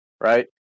right